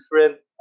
different